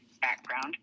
background